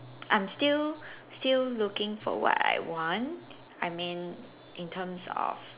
I'm still still looking for what I want I mean in terms of